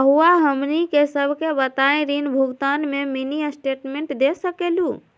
रहुआ हमनी सबके बताइं ऋण भुगतान में मिनी स्टेटमेंट दे सकेलू?